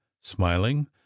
smiling